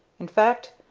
in fact,